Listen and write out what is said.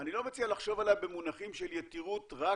אני לא מציע לחשוב עליה במונחים של יתירות רק